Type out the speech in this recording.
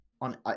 on